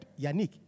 Yannick